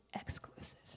exclusive